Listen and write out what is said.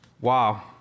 Wow